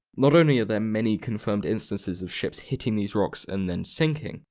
not only are there many confirmed instances of ships hitting these rocks and then sinking,